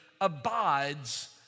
abides